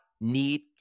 need